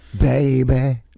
baby